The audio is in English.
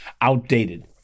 outdated